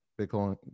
Bitcoin